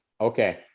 Okay